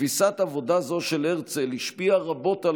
תפיסת עבודה זו של הרצל השפיעה רבות על